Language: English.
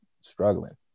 struggling